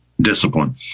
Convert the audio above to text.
Discipline